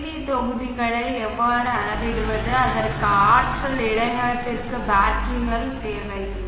we தொகுதிகளை எவ்வாறு அளவிடுவது அதற்கு ஆற்றல் இடையகத்திற்கு பேட்டரிகள் தேவையில்லை